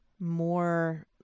More